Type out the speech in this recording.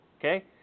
Okay